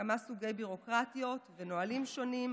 כמה סוגי ביורוקרטיות ונהלים שונים,